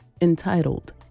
entitled